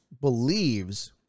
believes